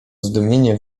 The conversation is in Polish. zdumienie